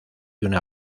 una